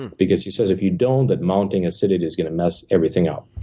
because he says if you don't, that mounting acidity is gonna mess everything up.